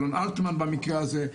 אלון אלטמן במקרה הזה,